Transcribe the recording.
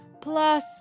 Plus